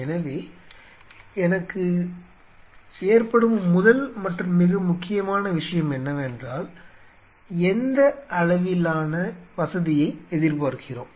எனவே எனக்கு ஏற்படும் முதல் மற்றும் மிக முக்கியமான விஷயம் என்னவென்றால் எந்த அளவிலான வசதியை எதிர்பார்க்கிறோம்